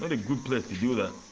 a good place to do that!